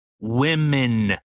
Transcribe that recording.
women